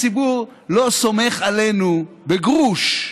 הציבור לא סומך עלינו בגרוש.